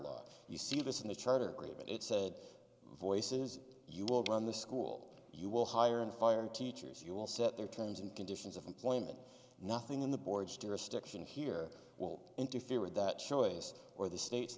law you see this in the charter great but it said voices you will go on the school you will hire and fire teachers you will set their terms and conditions of employment nothing in the borge jurisdiction here will interfere with that choice or the state